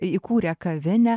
įkūrę kavinę